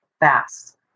fast